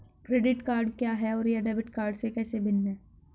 Credit card क्या है और यह डेबिट कार्ड से कैसे भिन्न है?